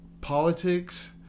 politics